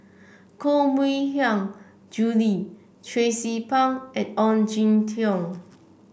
Koh Mui Hiang Julie Tracie Pang and Ong Jin Teong